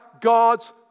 God's